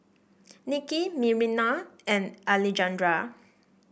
Nicky and Alejandra